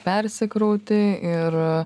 persikrauti ir